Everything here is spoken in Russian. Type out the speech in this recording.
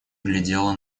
глядела